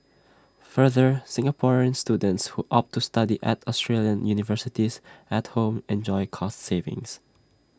further Singaporean students who opt to study at Australian universities at home enjoy cost savings